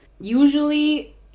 usually